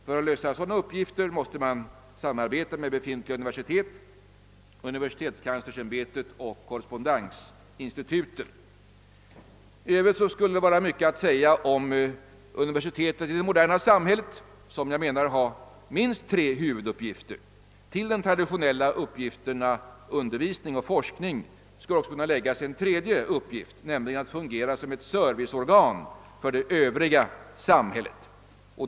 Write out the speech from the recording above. För att lösa sådana uppgifter måste man samarbeta med befintliga universitet, universitetskanslersämbetet och korrespondensinstituten. Det skulle även vara mycket att säga om universiteten i det moderna samhället, vilka jag menar har minst tre huvuduppgifter. Till de traditionella uppgifterna undervisning och forskning skulle också kunna läggas en tredje, nämligen att fungera som ett serviceorgan för det övriga samhället.